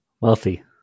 wealthy